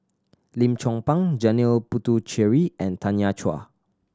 Lim Chong Pang Janil Puthucheary and Tanya Chua